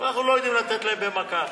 אבל אנחנו לא יודעים לתת להם במכה אחת.